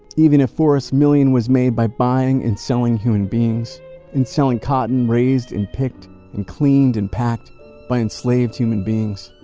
even if forrest's million was made by buying and selling human beings in selling cotton raised and picked and cleaned and packed by enslaved human beings.